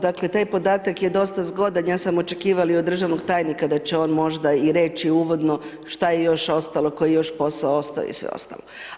Dakle taj podatak je dosta zgodan ja sam očekivala i od državnog tajnika da će on možda reći uvodno što je još ostalo, koji je još posao ostao i sve ostalo.